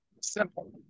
simple